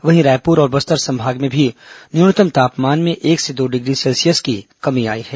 वहीं रायपुर और बस्तर संभाग में भी न्यूनतम तापमान में एक से दो डिग्री सेल्सियस की कमी आई है